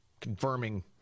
confirming